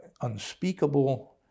unspeakable